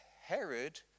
Herod